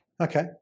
Okay